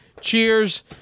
Cheers